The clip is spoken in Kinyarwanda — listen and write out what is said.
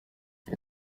iyi